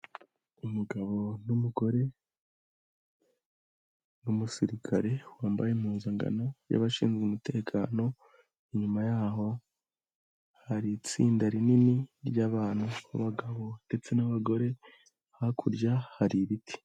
Umugabo n'umugore n'umusirikare wambaye impuzangano y'abashinzwe umutekano, inyuma yaho hari itsinda rinini ry'abana, n'abagabo ndetse n'abagore hakurya hari ibiti.